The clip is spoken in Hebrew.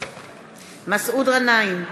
מסעוד גנאים,